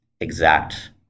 exact